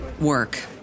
work